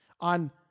on